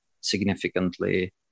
significantly